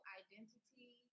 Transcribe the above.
identity